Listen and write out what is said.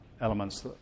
elements